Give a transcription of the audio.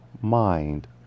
mind